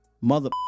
mother